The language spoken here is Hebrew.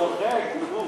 צודק.